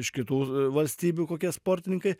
iš kitų valstybių kokie sportininkai